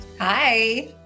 Hi